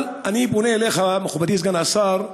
אבל אני פונה אליך, מכובדי סגן השר,